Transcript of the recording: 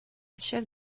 chef